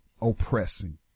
oppressing